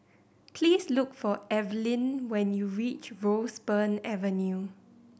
please look for Eveline when you reach Roseburn Avenue